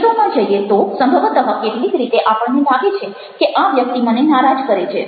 વિગતોમાં જઈએ તો સંભવત કેટલીક રીતે આપણને લાગે છે કે આ વ્યક્તિ મને નારાજ કરે છે